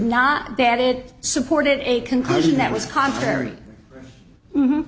not bat it supported a conclusion that was contrary